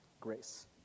grace